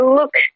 look